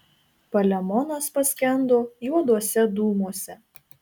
palemonas paskendo juoduose dūmuose